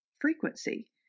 frequency